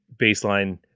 baseline